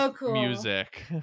music